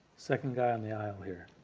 second guy on the aisle here.